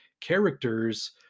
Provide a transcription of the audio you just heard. characters